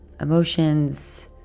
emotions